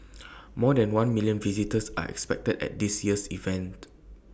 more than one million visitors are expected at this year's event